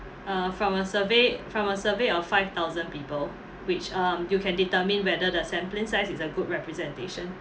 uh from a survey from a survey of five thousand people which um you can determine whether that sampling size is a good representation